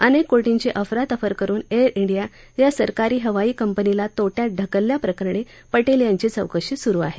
अनेक कोटींची अफरातफर करून एअर इंडिया या सरकारी हवाई कंपनीला तोट्यात ढकलल्याप्रकरणी पटेल यांची चौकशी सुरू आहे